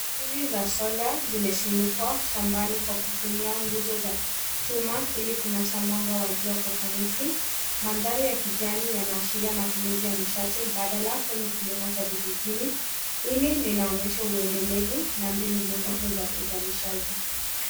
Paneli za sola zimesimikwa shambani kwa kutumia nguzo za chuma ili kunasa mwanga wa jua kwa ufanisi. Mandhari ya kijani yanaashiria matumizi ya nishati mbadala kwenye kilimo cha vijijini. Hili linaonyesha uendelevu na mbinu bunifu za uzalishaji.